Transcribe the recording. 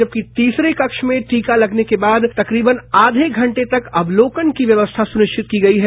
जबकि तीसरे कक्ष में टीका लगने के बाद तकरीबन आये घंटे तक अवलोकन की व्यवस्था सुनिश्चित की गई है